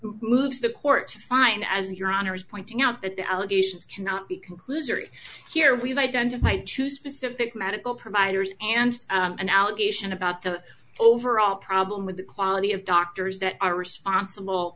moves the court fine as your honor is pointing out that the allegations cannot be conclusory here we've identified two specific medical providers and an allegation about the overall problem with the quality of doctors that are responsible